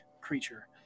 creature